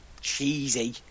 cheesy